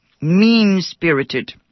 mean-spirited